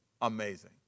Amazing